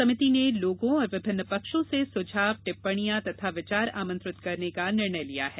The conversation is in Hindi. समिति ने लोगों और विभिन्न पक्षों से सुझाव टिप्पणियां तथा विचार आमंत्रित करने का निर्णय लिया है